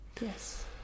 Yes